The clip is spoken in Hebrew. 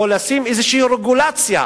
או נשים איזושהי רגולציה